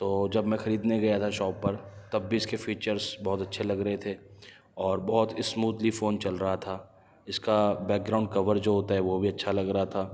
تو جب میں خریدنے گیا تھا شاپ پر تب بھی اس کے فیچرس بہت اچھے لگ رہے تھے اور بہت اسموتھلی فون چل رہا تھا اس کا بیک گراؤنڈ کور جو ہوتا ہے وہ بھی اچھا لگ رہا تھا